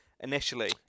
initially